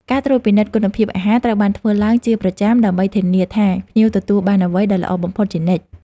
ការត្រួតពិនិត្យគុណភាពអាហារត្រូវបានធ្វើឡើងជាប្រចាំដើម្បីធានាថាភ្ញៀវទទួលបានអ្វីដែលល្អបំផុតជានិច្ច។